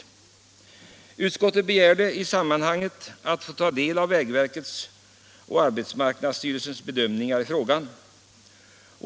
Utskottet begärde i det sammanhanget att få ta del av vägverkets och arbetsmarknadsstyrelsens bedömningar i frågan.